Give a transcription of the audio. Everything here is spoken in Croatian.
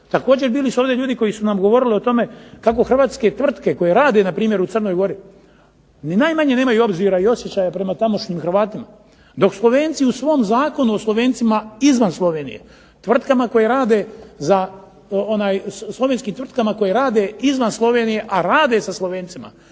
Također bili su ovdje ljudi koji su nam govorili o tome kako Hrvatske tvrtke koje rade u Crnoj Gori ni najmanje nemaju obzira niti osjećaja prema tamošnjim Hrvatima, dok Slovenci u svom Zakonu o Slovencima izvan Slovenije tvrtkama koje rade izvan Slovenije, a rade sa Slovencima